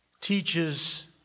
teaches